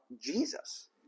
Jesus